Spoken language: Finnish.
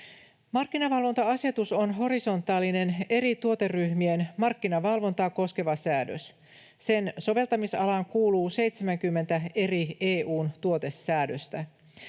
Markkinavalvonta-asetus on horisontaalinen, eri tuoteryhmien markkinavalvontaa koskeva säädös. Sen soveltamisalaan kuuluu 70 eri EU:n tuotesäädöstä.